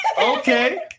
okay